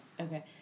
Okay